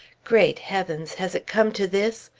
great heavens! has it come to this?